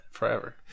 forever